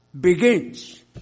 begins